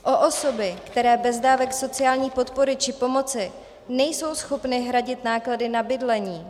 O osoby, které bez dávek sociální podpory či pomoci nejsou schopny hradit náklady na bydlení.